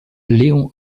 léon